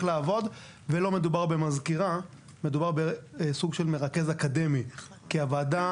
לעבוד ולא מדובר במזכירה מדובר בסוג של מרכז אקדמי כי הוועדה